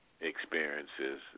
experiences